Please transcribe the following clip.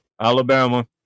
Alabama